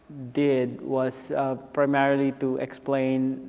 did was primarily to explain